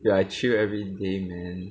ya I chill every day man